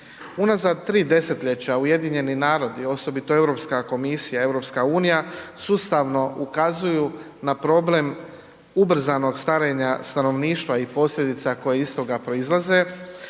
Unazad 3 desetljeća UN, osobito Europska komisija i EU sustavno ukazuju na problem ubrzanog starenja stanovništva i posljedica koje iz toga proizlaze,